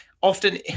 often